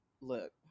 look